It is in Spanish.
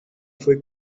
fue